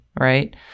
Right